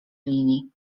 linii